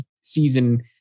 season